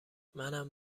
منم